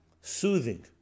soothing